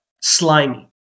slimy